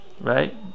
right